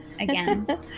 Again